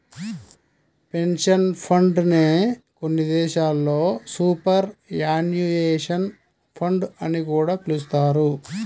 pension fund నే కొన్ని దేశాల్లో సూపర్ యాన్యుయేషన్ ఫండ్ అని కూడా పిలుస్తారు